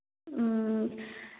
ꯎꯝ